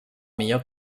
millor